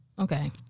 Okay